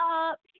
up